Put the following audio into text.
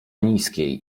niskiej